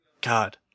God